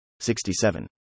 67